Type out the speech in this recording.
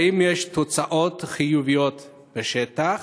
האם יש תוצאות חיוביות בשטח?